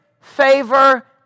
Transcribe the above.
favor